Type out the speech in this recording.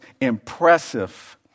impressive